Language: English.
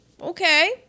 Okay